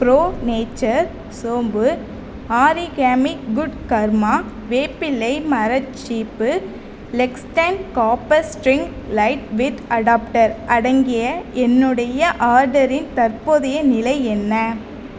bro nature சோம்பு origami good karma வேப்பிலை மரச் சீப்பு Lexton copper string light with adapter அடங்கிய என்னுடைய ஆர்டரின் தற்போதைய நிலை என்ன